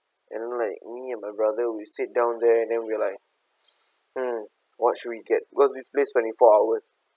and then like me and my brother we sit down there and then we're like mm what should we get because this place twenty-four hours